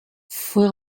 fue